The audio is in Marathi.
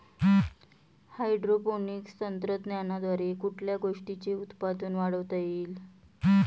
हायड्रोपोनिक्स तंत्रज्ञानाद्वारे कुठल्या गोष्टीचे उत्पादन वाढवता येईल?